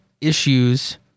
issues